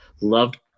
loved